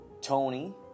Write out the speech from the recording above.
Tony